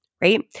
right